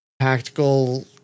tactical